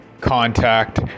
contact